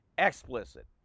explicit